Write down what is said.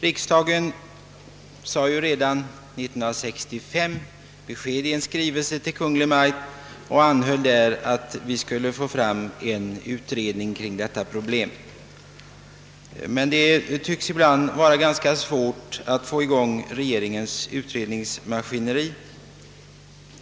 Riksdagen har ju redan 19653 i skrivelse till Kungl. Maj:t anhållit om en utredning kring detta problem, men det tycks ibland vara svårt att få i gång regeringens utredningsmaskineri.